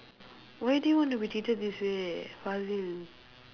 why do you want to be treated this way